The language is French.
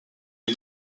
des